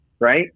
Right